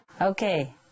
Okay